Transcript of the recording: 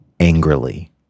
angrily